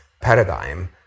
paradigm